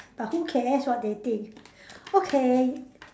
but who cares what they think okay